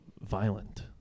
violent